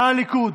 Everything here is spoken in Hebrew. תא הליכוד.